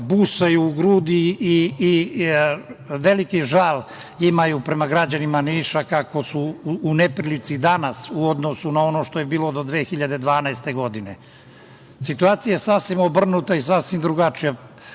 busaju u grudi i veliki žal imaju prema građanima Niša, kako su u neprilici danas u odnosu na ono što je bilo do 2012. godine. Situacija je sasvim obrnuta i sasvim drugačija.